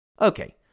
Okay